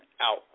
Out